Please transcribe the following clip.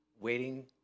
waiting